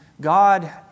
God